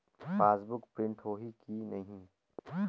Passbook print होही कि नहीं?